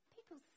People